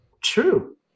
true